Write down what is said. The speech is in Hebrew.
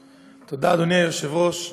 תודה, אדוני היושב-ראש.